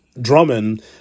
Drummond